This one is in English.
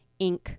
Inc